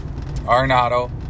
Arnado